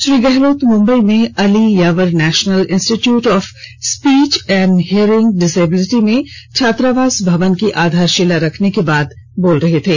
श्री गहलोत मुंबई में Ali Yavar national institute of speech and hearing disability में छात्रावास भवन की आधारशिला रखने के बाद बोल रहे थे